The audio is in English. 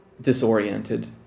disoriented